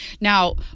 now